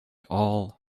all